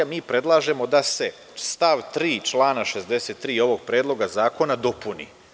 Mi predlažemo da se stav 3. člana 63. ovog predloga zakona dopuni.